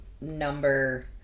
number